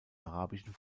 arabischen